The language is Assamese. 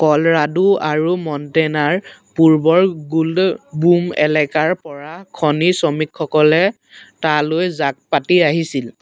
ক'ল'ৰাডো আৰু মণ্টেনাৰ পূৰ্বৰ গোল্ড বুম এলেকাৰ পৰা খনি শ্ৰমিকসকলে তালৈ জাক পাতি আহিছিল